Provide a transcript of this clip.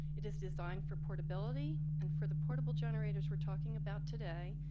it is designed for portability. and for the portable generators we're talking about today,